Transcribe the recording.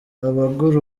abagura